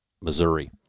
Missouri